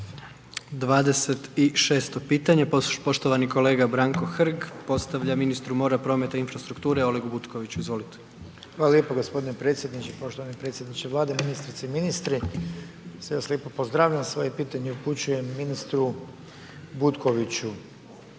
26. pitanje, poštovani kolega Branko Hrg, postavlja ministru prometu, infrastrukture, Olegu Butkoviću, izvolite. **Hrg, Branko (HDS)** Hvala lijepo gospodine predsjedniče, poštovani predsjedniče Vlade, ministrice i ministri. Sve vas lijepo pozdravljam i svoje pitanje upućujem ministru Butkoviću.